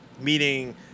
Meaning